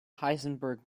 heisenberg